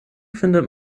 findet